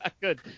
Good